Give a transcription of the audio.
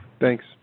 Thanks